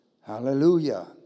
Hallelujah